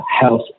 health